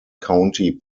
county